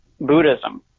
Buddhism